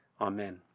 Amen